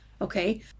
okay